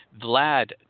Vlad